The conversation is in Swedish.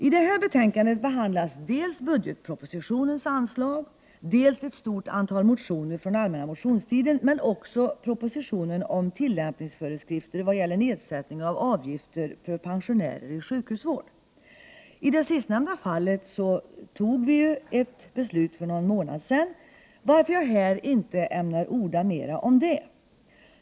I det här betänkandet behandlas dels anslag som föreslagits i budgetpropositionen, dels ett stort antal motioner från allmänna motionstiden men också propositionen om tillämpningsföreskrifter när det gäller nedsättning av avgifter för pensionärer i sjukhusvård. I det sistnämnda ärendet fattade vi ett beslut för någon månad sedan, varför jag här inte ämnar orda mer om det.